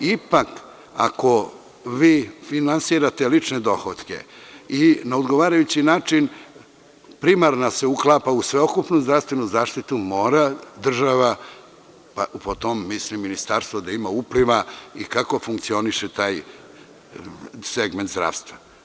Ipak ako vi finansirate lične dohotke i na odgovarajući način primarna se uklapa u sveukupnu zdravstvenu zaštitu, mora država, po tom mislim na ministarstvo, da ima upliva u to kako funkcioniše taj segment zdravstva.